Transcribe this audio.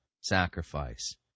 sacrifice